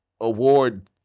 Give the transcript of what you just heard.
award